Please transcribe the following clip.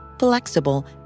Flexible